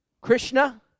krishna